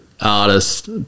artist